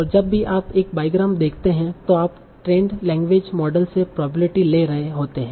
और जब भी आप एक बाईग्राम देखते हैं तो आप ट्रेनड लैंग्वेज मॉडल से प्रोबेबिलिटी ले रहे होते हैं